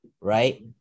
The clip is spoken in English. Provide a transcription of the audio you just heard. right